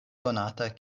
konata